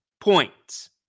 points